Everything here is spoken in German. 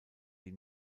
die